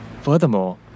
Furthermore